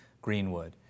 Greenwood